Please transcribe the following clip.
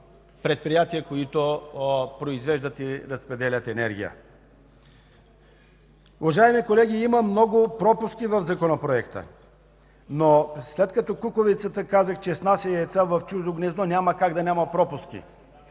предприятия, които произвеждат и разпределят енергията. Уважаеми колеги, има много пропуски в законопроекта, но след като казах, че кукувицата снася яйца в чуждо гнездо, няма как да няма пропуски.